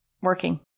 working